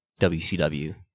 WCW